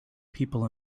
people